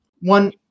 one